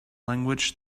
language